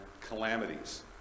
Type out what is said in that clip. calamities